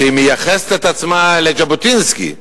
שמייחסת את עצמה לז'בוטינסקי,